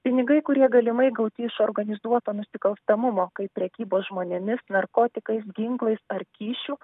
pinigai kurie galimai gauti iš organizuoto nusikalstamumo kaip prekybos žmonėmis narkotikais ginklais ar kyšių